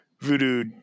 voodoo